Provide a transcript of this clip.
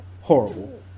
horrible